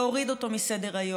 להוריד אותו מסדר-היום,